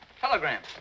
Telegram